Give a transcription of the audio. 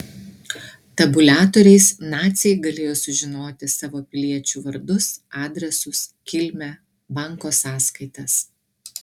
tabuliatoriais naciai galėjo sužinoti savo piliečių vardus adresus kilmę banko sąskaitas